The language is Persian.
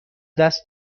دست